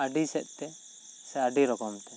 ᱟᱹᱰᱤ ᱥᱮᱫᱽ ᱛᱮ ᱥᱮ ᱟᱹᱰᱤ ᱨᱚᱠᱚᱢ ᱛᱮ